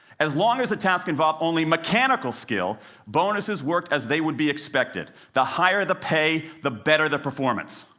as long as the task involved only mechanical skill bonuses worked as they would be expected the higher the pay, the better the performance.